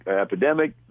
epidemic